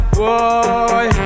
boy